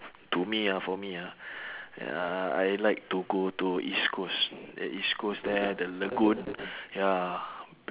to me ah for me ah ya I like to go to east coast the east coast there the lagoon ya